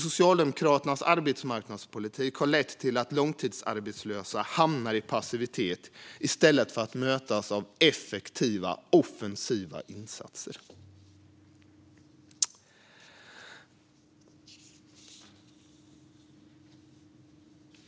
Socialdemokraternas arbetsmarknadspolitik har lett till att långtidsarbetslösa hamnar i passivitet i stället för att mötas av effektiva, offensiva insatser.